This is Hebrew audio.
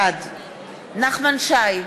בעד נחמן שי,